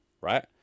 Right